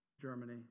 Germany